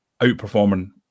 outperforming